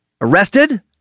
arrested